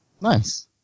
Nice